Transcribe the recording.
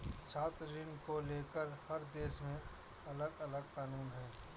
छात्र ऋण को लेकर हर देश में अलगअलग कानून है